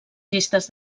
llistes